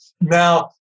now